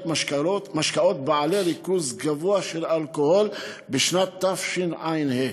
משקאות בעלי ריכוז גבוה של אלכוהול בשנת תשע"ה.